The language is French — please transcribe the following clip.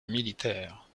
militaire